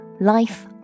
life